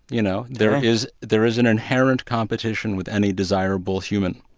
you know. there is there is an inherent competition with any desirable human.